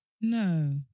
No